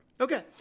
Okay